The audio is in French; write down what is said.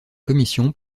commission